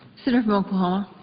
senator from oklahoma.